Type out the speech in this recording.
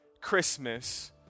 Christmas